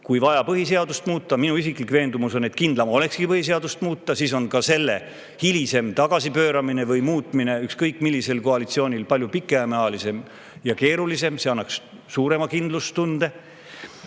Kui on vaja põhiseadust muuta – minu isiklik veendumus on, et kindlam olekski põhiseadust muuta –, siis võtab ka selle hilisem tagasipööramine või muutmine ükskõik millisel koalitsioonil palju pikemalt aega ja on keerulisem. See annaks suurema kindlustunde